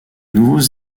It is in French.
nouveaux